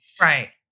Right